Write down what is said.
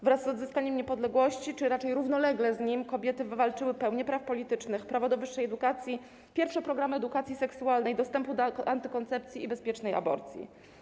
Wraz z odzyskaniem niepodległości, a raczej równolegle z nim kobiety wywalczyły pełnię praw politycznych, prawo do wyższej edukacji, pierwsze programy edukacji seksualnej, dostęp do antykoncepcji i bezpiecznej aborcji.